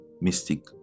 mystic